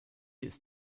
ist